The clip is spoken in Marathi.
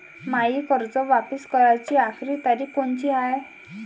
मायी कर्ज वापिस कराची आखरी तारीख कोनची हाय?